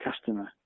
customer